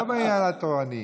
לא בעניין התורני.